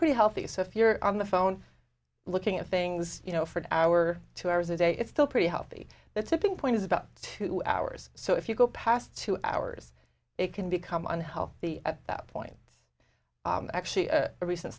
pretty healthy so if you're on the phone looking at things you know for an hour two hours a day it's still pretty healthy the tipping point is about two hours so if you go past two hours it can become unhealthy at that point actually a recent